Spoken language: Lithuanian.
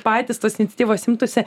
patys tos iniciatyvos imtųsi